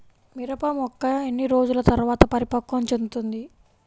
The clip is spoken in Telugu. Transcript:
మిరప మొక్క ఎన్ని రోజుల తర్వాత పరిపక్వం చెందుతుంది?